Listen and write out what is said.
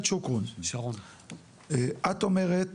שוקרון, את אומרת